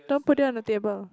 don't put it on the table